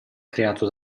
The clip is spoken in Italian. creato